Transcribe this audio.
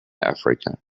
africa